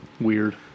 weird